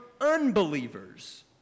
unbelievers